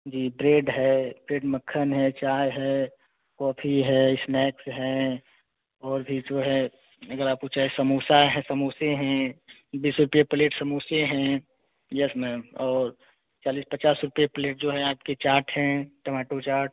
जी bread है bread मक्खन है चाय है कॉफी है स्नैक्स हैं और भी जो है अगर आपको चाहे समोसा है समोसे हैं बीस रुपये प्लेट समोसे हैं यस मैम और चालीस पचास रुपये प्लेट जो है आपके चाट हैं टमाटो चाट